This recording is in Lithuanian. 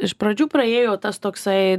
iš pradžių praėjo tas toksai